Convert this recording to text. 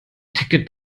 ticket